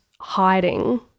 hiding